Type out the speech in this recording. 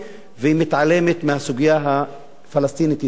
ומתעלמת מהסוגיה הפלסטינית-ישראלית.